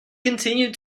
continued